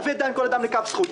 הווי דן כל אדם לכף זכות,